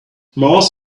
mars